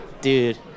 Dude